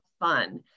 fun